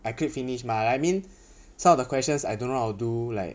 I click finish mah I mean some of the questions I don't know how to do like